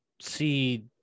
see